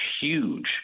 huge